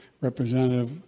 Representative